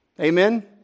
Amen